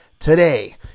today